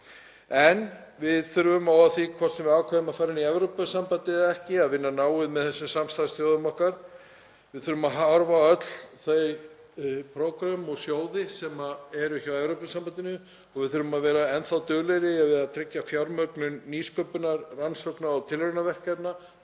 En við þurfum, óháð því hvort við ákveðum að fara inn í Evrópusambandið eða ekki, að vinna náið með þessum samstarfsþjóðum okkar. Við þurfum að horfa á öll þau prógrömm og sjóði sem eru hjá Evrópusambandinu og við þurfum að vera enn duglegri við að tryggja fjármögnun til nýsköpunar, rannsókna og tilraunaverkefna